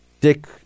Dick